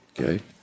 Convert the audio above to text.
Okay